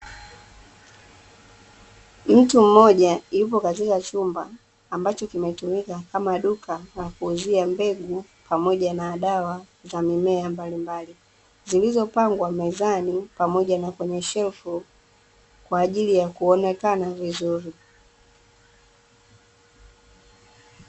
Mtu mmoja yupo katika chumba ambacho kinatumika kama duka la kuuzia mbegu pamoja na dawa za mimea mbalimbali, zilizopangwa mezani pamoja na kwenye shelfu kwaajili ya kuonekana vizuri.